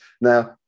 now